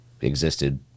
existed